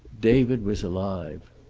david was alive.